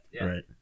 Right